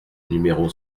numéro